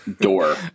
Door